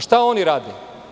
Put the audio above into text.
Šta oni rade?